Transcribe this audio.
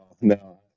no